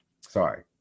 Sorry